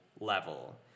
level